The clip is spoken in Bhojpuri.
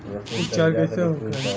उपचार कईसे होखे?